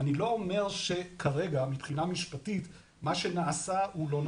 אני לא אומר שכרגע מבחינה משפטית מה שנעשה הוא לא נכון,